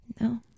No